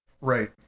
Right